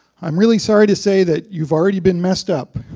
i'm really sorry to say that you've already been messed up.